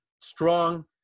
strong